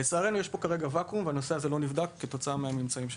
לצערנו יש פה כרגע ואקום והנושא הזה לא נבדק כתוצאה מהממצאים שהעלינו.